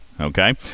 okay